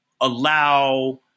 allow